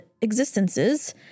existences